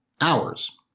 hours